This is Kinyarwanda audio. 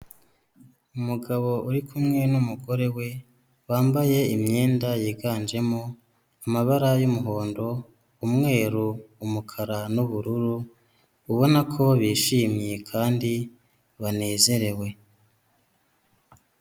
Umugabo uri kumwe n'umugore we bambaye imyenda yiganjemo amabara y’umuhondo, umweru, umukara n’ubururu, ubona ko bishimye kandi banezerewe.